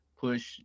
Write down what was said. push